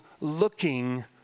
looking